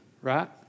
right